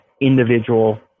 individual